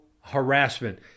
harassment